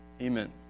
Amen